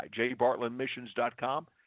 jbartlandmissions.com